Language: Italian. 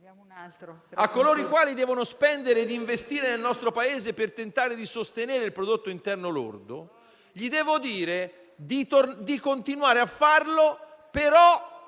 a coloro i quali devono spendere e investire nel nostro Paese per tentare di sostenere il prodotto interno lordo, di continuare a farlo, però